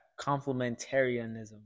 complementarianism